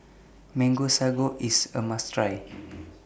Mango Sago IS A must Try